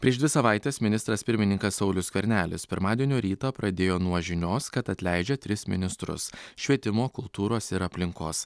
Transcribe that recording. prieš dvi savaites ministras pirmininkas saulius skvernelis pirmadienio rytą pradėjo nuo žinios kad atleidžia tris ministrus švietimo kultūros ir aplinkos